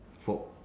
for